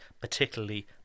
particularly